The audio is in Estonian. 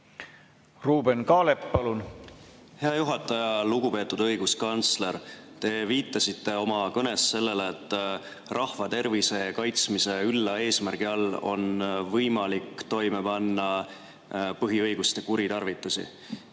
suhtes? Aitäh, hea juhataja! Lugupeetud õiguskantsler! Te viitasite oma kõnes sellele, et rahva tervise kaitsmise ülla eesmärgi all on võimalik toime panna põhiõiguste kuritarvitusi.